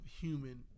human